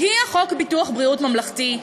הגיע חוק ביטוח בריאות ממלכתי,